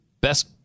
Best